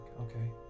okay